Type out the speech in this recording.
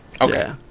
Okay